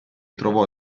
trovò